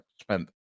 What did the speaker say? spent